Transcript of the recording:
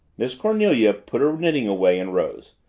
miss cornelia put her knitting away and rose.